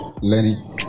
Lenny